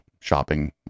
shopping